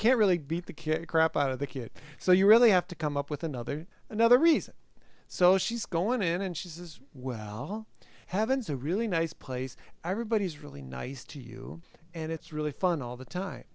can't really beat the kid crap out of the kid so you really have to come up with another another reason so she's going in and she says well heaven's a really nice place everybody's really nice to you and it's really fun all the time